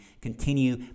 continue